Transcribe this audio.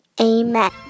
amen